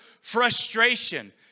frustration